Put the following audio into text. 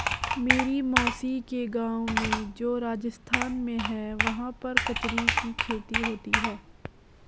मेरी मौसी के गाँव में जो राजस्थान में है वहाँ पर कचरी की खेती होती है